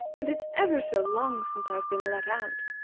and it's ever so long since i've been let out.